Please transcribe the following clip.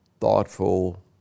thoughtful